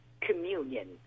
communion